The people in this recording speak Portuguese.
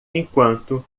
enquanto